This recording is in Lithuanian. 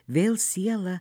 vėl siela